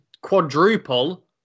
quadruple